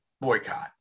boycott